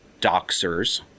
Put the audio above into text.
doxers